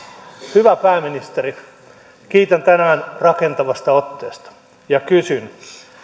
hyvä pääministeri kiitän rakentavasta otteesta tänään ja kysyn